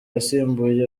yasimbuye